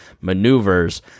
maneuvers